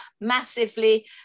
massively